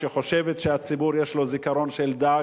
שחושבת שלציבור יש זיכרון של דג,